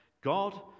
God